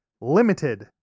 limited